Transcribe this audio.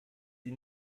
sie